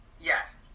Yes